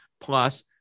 plus